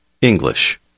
English